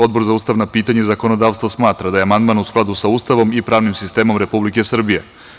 Odbor za ustavna pitanja i zakonodavstvo smatra da je amandman u skladu sa Ustavom i pravnim sistemom Republike Srbije.